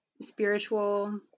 spiritual